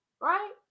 right